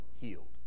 healed